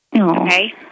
Okay